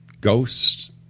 ghosts